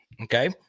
okay